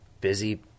busy